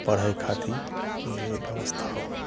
पढ़ै खातिर जे व्यवस्था हुए